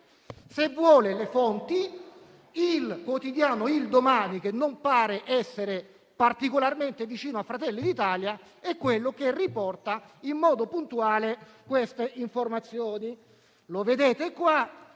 Se vuole le fonti, l'editoriale «Domani», che non pare essere particolarmente vicino a Fratelli d'Italia, è quello che riporta in modo puntuale queste informazioni sugli